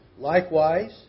Likewise